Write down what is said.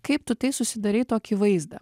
kaip tu tai susidarei tokį vaizdą